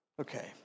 Okay